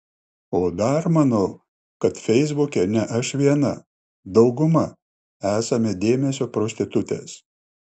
o dar manau kad feisbuke ne aš viena dauguma esame dėmesio prostitutės